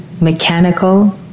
mechanical